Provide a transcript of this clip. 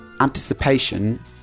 Anticipation